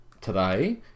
today